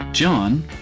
John